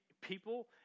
people